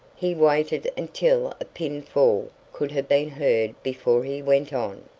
he waited until a pin fall could have been heard before he went on.